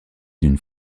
d’une